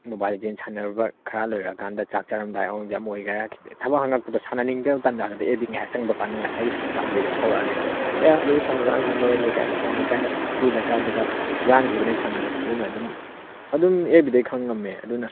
mobile ꯂꯤꯖꯦꯟ ꯁꯥꯟꯅꯔꯨꯕ ꯈꯔ ꯂꯩꯔꯀꯥꯟꯗ ꯆꯥꯛ ꯆꯔꯝꯗꯥꯏ ꯑꯃ ꯑꯣꯏꯒꯦꯔꯥ ꯑꯃ ꯑꯣꯏꯒꯦꯔꯥ ꯊꯕꯛ ꯍꯥꯡꯉꯛꯄꯗ ꯁꯥꯟꯅꯅꯤꯡꯗꯕ ꯇꯟꯖꯥꯗꯨꯗꯤ ꯑꯦꯐ ꯕꯤ ꯉꯩꯍꯥꯛ ꯆꯪꯕ ꯀꯥꯟꯗ ꯉꯁꯥꯏꯒꯤ ꯁꯟ ꯍꯨꯔꯥꯟꯕꯒꯤꯗꯣ ꯊꯣꯛꯂꯛꯑꯅꯤꯕ ꯑꯩꯌꯥ ꯑꯗꯨꯗ ꯁꯟ ꯍꯨꯔꯥꯟꯈꯤꯕ ꯃꯣꯔꯦ ꯂꯩꯀꯥꯏꯗ ꯑꯋꯥꯡ ꯂꯩꯀꯥꯏꯗ ꯑꯗꯨ ꯂꯩꯀꯥꯏꯗꯨꯗ ꯍꯨꯔꯥꯟꯈꯤꯕꯅꯤ ꯁꯟꯗꯣ ꯑꯗꯨꯅ ꯑꯗꯨꯝ ꯑꯗꯨꯝ ꯑꯦꯐ ꯕꯤꯗꯩ ꯈꯪꯕ ꯉꯝꯃꯦ ꯑꯗꯨꯅ